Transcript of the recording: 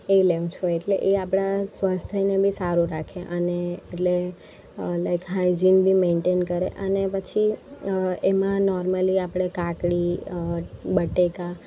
એ લઉ છું એટલે એ આપણા સ્વાસ્થ્યને બી સારું રાખે અને એટલે લાઇક હાઇજિન બી મેન્ટેન કરે અને પછી એમાં નોર્મલી આપણે કાકડી બટેકા